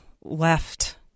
left